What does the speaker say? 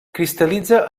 cristal·litza